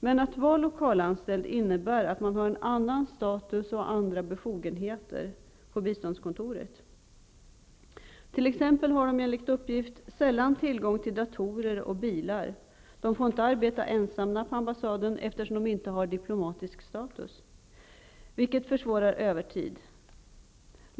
Men att vara lokalanställd innebär att man har en annan status och andra befogenheter på biståndskontoret. De lokalanställda har t.ex. enligt uppgift sällan tillgång till datorer och bilar. De får inte arbeta ensamma på ambassaden, eftersom de inte har diplomatisk status, vilket försvårar övertidsarbete.